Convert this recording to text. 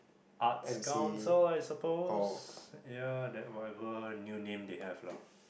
arts council I suppose yeah that whatever new name they have lah